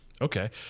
Okay